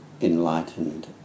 Enlightened